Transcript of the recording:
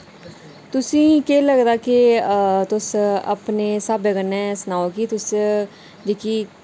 तुसें ई केह् लगदा कि तुस अपने स्हाबे कन्नै सनाओ कि तुस जेह्की